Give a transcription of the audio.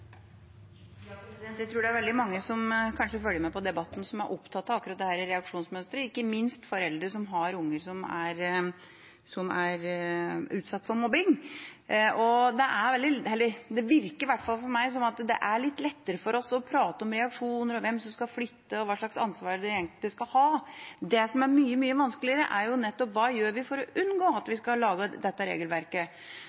veldig mange av dem som følger med på debatten, som er opptatt av akkurat dette reaksjonsmønsteret, ikke minst foreldre som har unger som er utsatt for mobbing. Det virker – i hvert fall på meg – som at det er litt lettere for oss å prate om reaksjoner, hvem som skal flytte, og hva slags ansvar de enkelte skal ha. Det som er mye vanskeligere, er hva vi skal gjøre for å unngå å lage dette regelverket. Som jeg sa i mitt innlegg, var jeg veldig skuffet over at